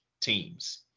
teams